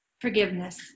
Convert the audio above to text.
Forgiveness